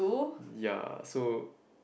ya so